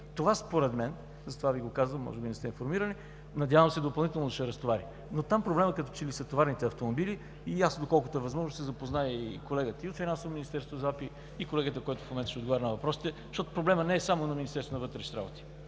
Това според мен – затова Ви го казвам, може да не сте информирани – надявам се, допълнително ще разтовари, но там проблемът като че ли са товарните автомобили. Доколкото е възможно, ще се запозная, също и колегата от Финансово министерство за АПИ, и колегата, който в момента ще отговаря на въпросите, защото проблемът не е само на Министерство на вътрешните работи,